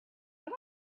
but